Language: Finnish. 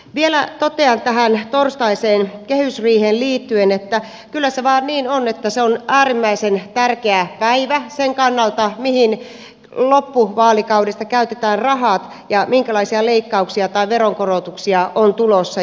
vielä totean tähän torstaiseen kehysriiheen liittyen että kyllä se vaan niin on että se on äärimmäisen tärkeä päivä sen kannalta mihin loppuvaalikaudesta käytetään rahat ja minkälaisia leikkauksia tai veronkorotuksia on tulossa